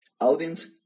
audience